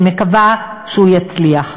אני מקווה שהוא יצליח.